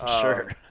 Sure